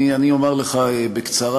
אני אומַר לך בקצרה.